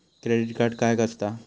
Credit card काय असता?